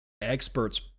Experts